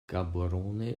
gaborone